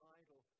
idle